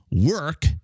work